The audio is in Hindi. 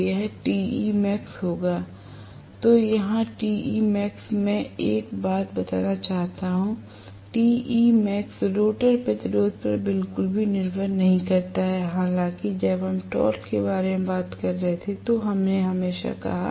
तो यह Temax होगा मैं यहां Temax में एक बात बताना चाहूँगा Temax रोटर प्रतिरोध पर बिल्कुल भी निर्भर नहीं करता है हालांकि जब हम टॉर्क के बारे में बात कर रहे थे तो हमने हमेशा कहा